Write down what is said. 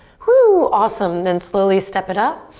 whew awesome, then slowly step it up.